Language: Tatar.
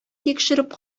тикшереп